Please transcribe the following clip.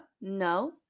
no